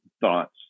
thoughts